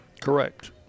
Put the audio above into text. Correct